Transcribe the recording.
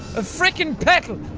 a freaking petal